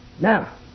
Now